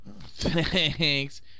Thanks